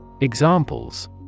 Examples